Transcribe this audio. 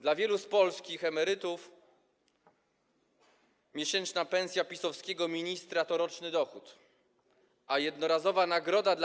Dla wielu polskich emerytów miesięczna pensja PiS-owskiego ministra to roczny dochód, a jednorazowa nagroda dla